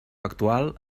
actual